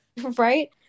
Right